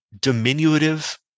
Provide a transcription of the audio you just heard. diminutive